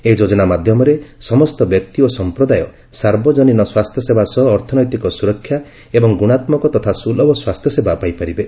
ଏହି ଯୋଜନା ମାଧ୍ୟମରେ ସମସ୍ତ ବ୍ୟକ୍ତି ଓ ସମ୍ପ୍ରଦାୟ ସାର୍ବଜନୀନ ସ୍ୱାସ୍ଥ୍ୟସେବା ସହ ଅର୍ଥନୈତିକ ସୁରକ୍ଷା ଏବଂ ଗୁଣାତ୍ମକ ତଥା ସୁଲଭ ସ୍ୱାସ୍ଥ୍ୟସେବା ପାଇପାରିବେ